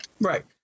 Right